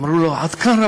אמרו לו, עד כאן?